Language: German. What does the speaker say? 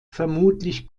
vermutlich